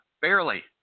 barely